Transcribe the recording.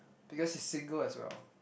because he's single as well